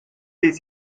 das